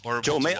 Joe